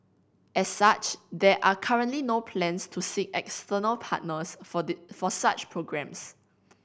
as such there are currently no plans to seek external partners for for such programmes